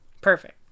Perfect